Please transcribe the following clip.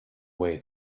way